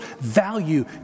value